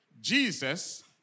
Jesus